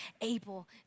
able